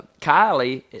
Kylie